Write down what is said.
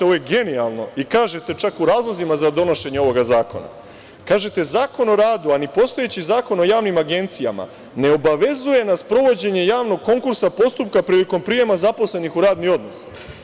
Ovo je genijalni i kažete čak u razlozima za donošenje ovog zakona – Zakon o radu, a ni postojeći Zakon o javnim agencijama, ne obavezuje na sprovođenje javnog konkursa, postupka prilikom prijema zaposlenih u radni odnos.